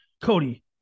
Cody